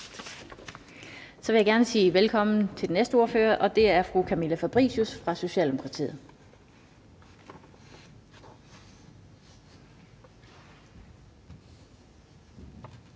Så vil jeg gerne sige velkommen til den næste ordfører, og det er fru Camilla Fabricius fra Socialdemokratiet.